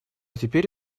теперь